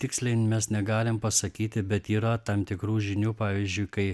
tiksliai mes negalim pasakyti bet yra tam tikrų žinių pavyzdžiui kai